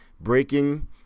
Breaking